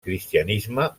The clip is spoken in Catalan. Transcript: cristianisme